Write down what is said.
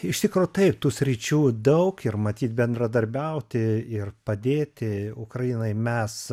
iš tikro taip tų sričių daug ir matyt bendradarbiauti ir padėti ukrainai mes